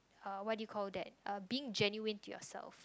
uh what do you call that uh being genuine to yourself